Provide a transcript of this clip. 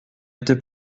été